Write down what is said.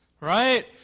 right